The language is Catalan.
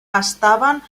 estaven